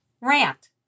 rant